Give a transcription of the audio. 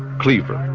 cleaver,